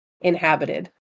inhabited